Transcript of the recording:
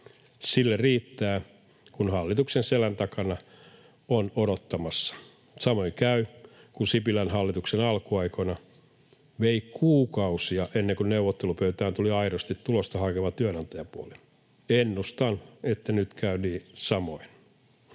Sille riittää, kun hallituksen selän takana on odottamassa. Samoin käy, kun Sipilän hallituksen alkuaikoina vei kuukausia ennen kuin neuvottelupöytään tuli aidosti tulosta hakeva työnantajapuoli. Ennustan, että nyt käy samoin.